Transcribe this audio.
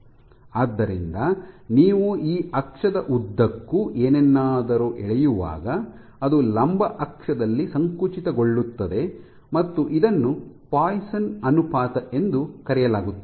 ಆದ್ದರಿಂದ ನೀವು ಈ ಅಕ್ಷದ ಉದ್ದಕ್ಕೂ ಏನನ್ನಾದರೂ ಎಳೆಯುವಾಗ ಅದು ಲಂಬ ಅಕ್ಷದಲ್ಲಿ ಸಂಕುಚಿತಗೊಳ್ಳುತ್ತದೆ ಮತ್ತು ಇದನ್ನು ಪಾಯ್ಸನ್ ಅನುಪಾತ ಎಂದು ಕರೆಯಲಾಗುತ್ತದೆ